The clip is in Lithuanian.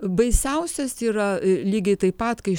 baisiausias yra lygiai taip pat kai